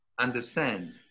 understand